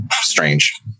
strange